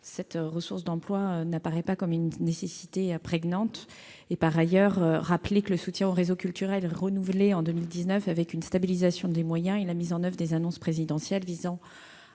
Cette ressource d'emplois n'apparaît donc pas comme une nécessité prégnante. Par ailleurs, je rappelle que le soutien au réseau culturel a été renouvelé en 2019, avec une stabilisation des moyens et la mise en oeuvre des annonces présidentielles visant